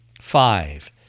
Five